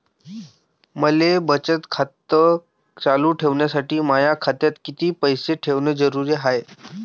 मले बचत खातं चालू ठेवासाठी माया खात्यात कितीक पैसे ठेवण जरुरीच हाय?